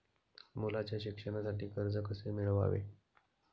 मुलाच्या शिक्षणासाठी कर्ज कसे मिळवावे?